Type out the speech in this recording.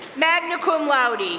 magna cum laude,